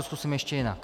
Zkusím to ještě jinak.